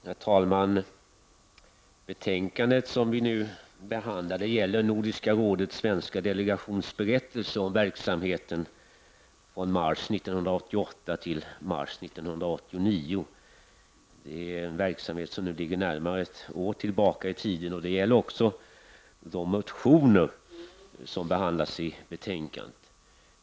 Herr talman! Det betänkande som vi nu diskuterar behandlar Nordiska rådets svenska delegations berättelse rörande verksamheten från mars 1988 till mars 1989. Det är en verksamhet som nu ligger närmare ett år tillbaka i tiden. Detsamma gäller också för de motioner som behandlas i betänkandet.